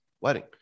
wedding